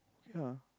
okay ah